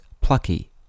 plucky